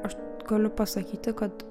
aš galiu pasakyti kad